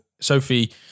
Sophie